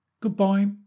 Goodbye